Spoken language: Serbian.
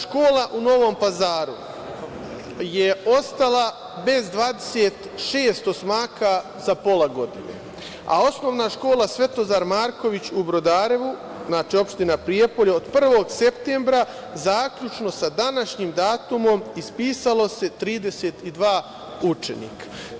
Škola u Novom Pazaru je ostala bez 26 osmaka za pola godine, a Osnovna škola „Svetozar Marković“ u Brodarevu, opština Prijepolje, od 1. septembra zaključno sa današnjim datumom ispisalo se 32 učenika.